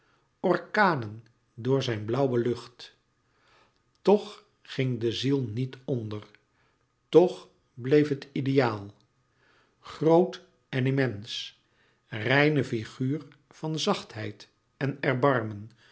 orkanen door zijn blauwe lucht toch ging de ziel niet onder toch bleef het ideaal groot en immens reine figuur van zachtheid en